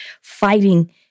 fighting